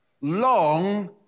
long